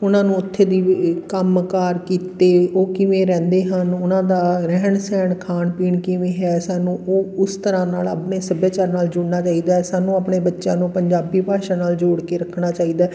ਉਹਨਾਂ ਨੂੰ ਉੱਥੇ ਦੀ ਕੰਮ ਕਾਰ ਕਿੱਤੇ ਉਹ ਕਿਵੇਂ ਰਹਿੰਦੇ ਹਨ ਉਹਨਾਂ ਦਾ ਰਹਿਣ ਸਹਿਣ ਖਾਣ ਪੀਣ ਕਿਵੇਂ ਹੈ ਸਾਨੂੰ ਉਹ ਉਸ ਤਰ੍ਹਾਂ ਨਾਲ ਆਪਣੇ ਸੱਭਿਆਚਾਰ ਨਾਲ ਜੁੜਨਾ ਚਾਹੀਦਾ ਸਾਨੂੰ ਆਪਣੇ ਬੱਚਿਆਂ ਨੂੰ ਪੰਜਾਬੀ ਭਾਸ਼ਾ ਨਾਲ ਜੋੜ ਕੇ ਰੱਖਣਾ ਚਾਹੀਦਾ